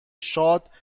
شاد